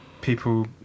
people